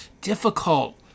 difficult